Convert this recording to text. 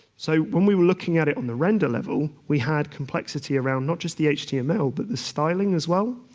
so, when we were looking at it on the render level, we had complexity around not just the html but the styling as well,